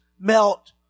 melt